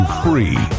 free